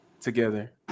together